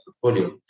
portfolio